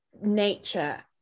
nature